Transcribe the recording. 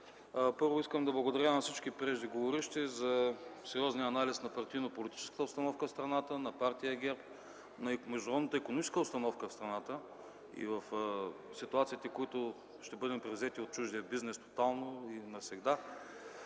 Първо искам да благодаря на всички преждеговоривши за сериозния анализ на партийно-политическата обстановка в страната, на Партия ГЕРБ, на международната икономическа обстановка в страната и в ситуациите, в които ще бъдем превзети от чуждия бизнес тотално и навсегда.